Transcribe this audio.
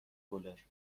گلر